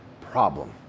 problem